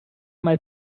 mal